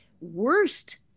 Worst